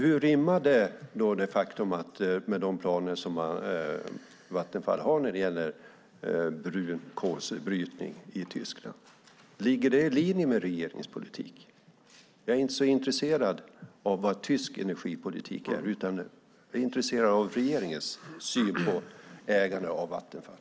Hur rimmar detta faktum med de planer som Vattenfall har för brunkolsbrytning i Tyskland? Ligger det i linje med regeringens politik? Jag är inte så intresserad av tysk energipolitik, utan jag är intresserad av regeringens syn på ägande av Vattenfall.